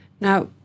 Now